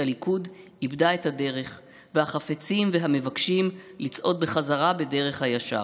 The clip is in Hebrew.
הליכוד איבדה את הדרך וחפצים ומבקשים לצעוד בחזרה בדרך הישר.